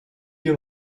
you